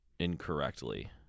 incorrectly